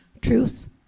truth